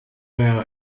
well